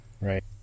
Right